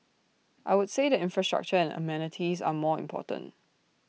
I would say the infrastructure and amenities are more important